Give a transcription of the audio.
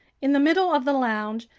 in the middle of the lounge,